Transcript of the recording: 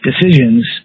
decisions